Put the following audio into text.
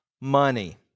money